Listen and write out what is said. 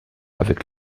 avec